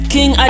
King